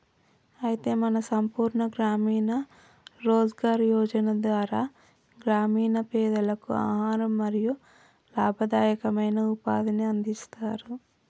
అయితే మన సంపూర్ణ గ్రామీణ రోజ్గార్ యోజన ధార గ్రామీణ పెదలకు ఆహారం మరియు లాభదాయకమైన ఉపాధిని అందిస్తారు